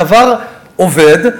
הדבר עובד.